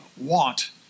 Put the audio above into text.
Want